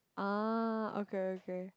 ah okay okay